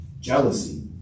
Jealousy